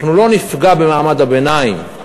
אנחנו לא נפגע במעמד הביניים,